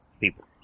people